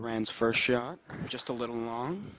iran's first shot just a little long